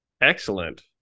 Excellent